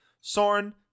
Soren